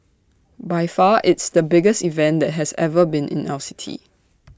by far it's the biggest event that has ever been in our city